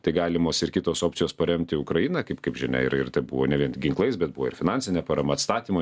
tai galimos ir kitos opcijos paremti ukrainą kaip kaip žinia ir ir tai buvo ne vien ginklais bet buvo ir finansine parama atstatymo